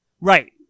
Right